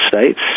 States